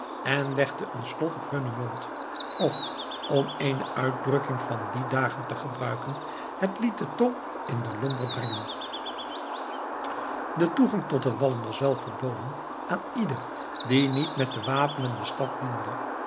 en legde een slot op hunnen mond of om eene uitdrukking van die dagen te gebruiken het liet de tong in den lomberd brengen de toegang tot de wallen was wel verboden aan ieder die niet met de wapenen de stad diende